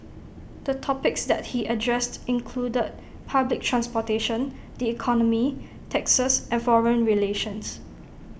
the topics that he addressed included public transportation the economy taxes and foreign relations